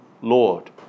Lord